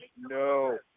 No